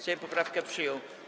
Sejm poprawkę przyjął.